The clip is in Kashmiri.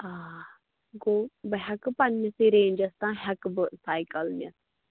آ گوٚو بہٕ ہٮ۪کہٕ پنٕنِسٕے ریٚنٛجَس تانۍ ہٮ۪کہٕ بہٕ سایکَل نِتھ